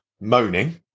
moaning